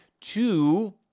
two